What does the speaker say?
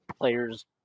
players